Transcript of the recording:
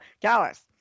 Dallas